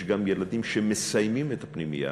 יש גם ילדים שמסיימים את הפנימייה,